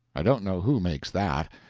i don't know who makes that,